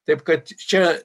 taip kad čia